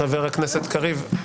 חבר הכנסת קריב,